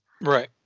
Right